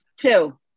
two